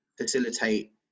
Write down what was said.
facilitate